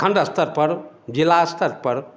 प्रखंड स्तर पर जिला स्तर पर